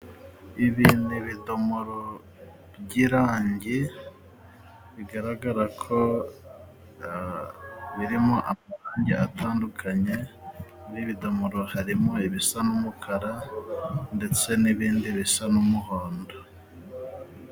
Ibi ni ibidomoro by' irangi, bigaragara ko birimo amarangi atandukanye, muri ibi bidomoro harimo ibisa n'umukara, ndetse n'ibindi bisa n'umuhondo.